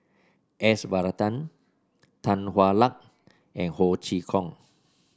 S Varathan Tan Hwa Luck and Ho Chee Kong